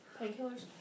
Painkillers